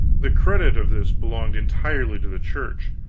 the credit of this belonged entirely to the church.